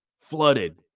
flooded